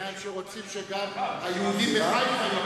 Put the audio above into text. הפלסטינים שרוצים שגם היהודים מחיפה,